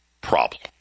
problem